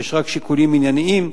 יש רק שיקולים ענייניים,